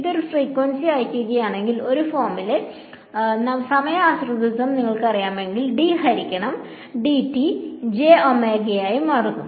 ഇത് ഒരു ഫ്രീക്വൻസി അയയ്ക്കുകയാണെങ്കിൽ ഈ ഫോമിന്റെ സമയ ആശ്രിതത്വം നിങ്ങൾക്കറിയാമെങ്കിൽ d ഹരിക്കണം dt jഒമേഗയായി മാറുന്നു